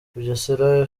bugesera